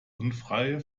unfreie